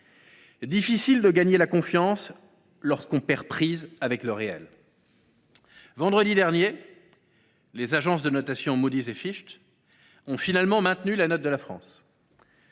difficile de gagner la confiance lorsque l’on perd prise avec le réel. Vendredi dernier, les agences de notation Moody’s et Fitch ont finalement maintenu la note de la France.